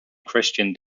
christian